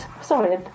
sorry